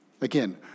Again